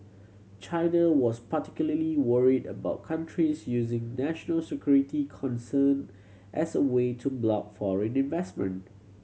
China was particularly worried about countries using national security concern as a way to block foreign investment